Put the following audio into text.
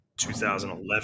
2011